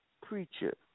preacher